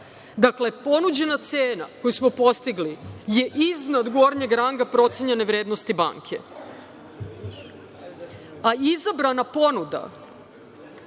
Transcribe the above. Dakle, ponuđena cena koju smo postigli je iznad gornjeg ranga procenjene vrednosti banke, a izabrana ponuda